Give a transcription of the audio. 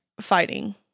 fighting